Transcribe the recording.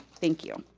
thank you.